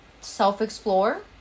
self-explore